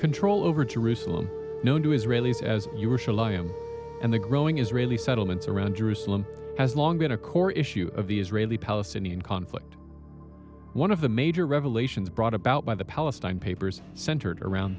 control over jerusalem known to israelis as you were shalom and the growing israeli settlements around jerusalem has long been a core issue of the israeli palestinian conflict one of the major revelations brought about by the palestine papers centered around